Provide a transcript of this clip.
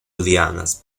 lianas